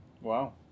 Wow